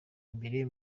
imbere